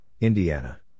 Indiana